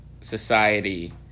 society